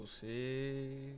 see